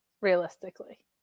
Realistically